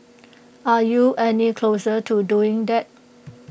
are you any closer to doing that